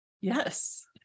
Yes